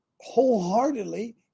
wholeheartedly